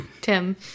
Tim